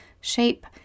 shape